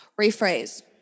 Rephrase